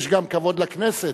יש גם כבוד לכנסת,